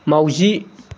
माउजि